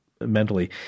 mentally